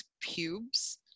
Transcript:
pubes